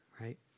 right